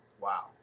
Wow